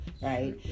right